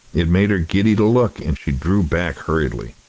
it made her giddy to look, and she drew back hurriedly.